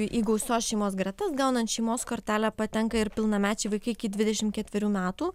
į gausios šeimos gretas gaunant šeimos kortelę patenka ir pilnamečiai vaikai iki dvidešim ketverių metų